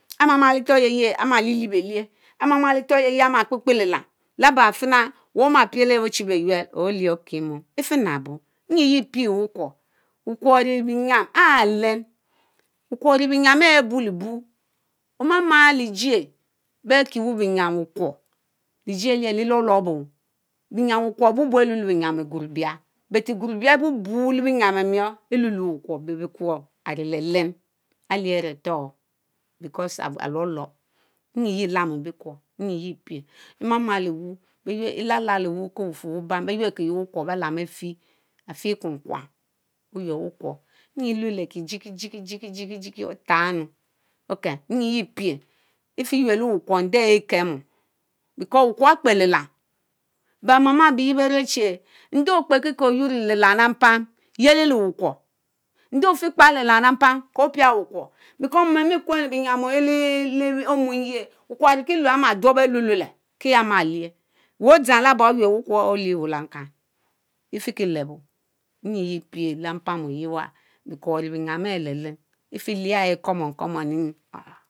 Amama lé ɛtorr yeah ama léah beh uèh, amama lé etorr ehh ahh ma kpekpe lelam laba fina weh oma piel ehh finabn ochibeyuel, olyieh okimo efinabo emyi yeah pie wukworr, bekworr aré benyam are lean, bekwor aré béé nyian are bullibuh omama lyiel bekiewel bi myian bekworr, lejiel ellieh léé lorlor bo, bienyian bikwor aré bubu alluhue binyam ɛgurubia but ɛgunrubia ɛ’bubu lee benyam emiorr elulue bikwor but bekwor are le lean are leah aré tor because lolob enyi yea camo bikworr enyi yehh pieh ɛmama liweh ecacal lewah before bufurr wuban beynel ki bekwor be cam afie, afie ɛkwukwam beyuel bikworr., Enyi elueleki: jiky jiky jiky otarr enu okel enyi yea pie; efiyuelo wukwor enjie ɛkemom because bikworr akpe lilam beh mama abiyeh beh mechi endeh okpe kiko oyuorr le lilan léé mpami yelli léé wuikworr endeh efikpa lilam léé mpam kopia wukkqorr because mom ami kwena binyian ohh ehh lee omuen yeah, bikwor amike lue aré mgi dworb allue luleh kie ahh ma leah wehh odzang laba oynel olieh welleh ankan efikileto enyi yea pie lebann oyie ɛwa bikworr aré binyan are lee lean ɛcia ehh common common enyi.